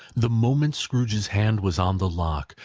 the moment scrooge's hand was on the lock,